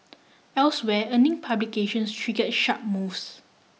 elsewhere earning publications trigger sharp moves